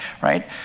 right